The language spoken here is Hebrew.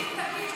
בסין?